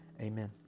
amen